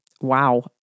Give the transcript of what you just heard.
wow